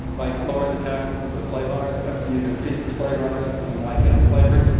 like, lower the taxes of the slave owners after you defeat the slave owners and, like, end slavery.